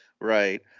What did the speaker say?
Right